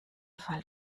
fall